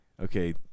Okay